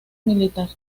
militar